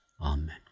Amen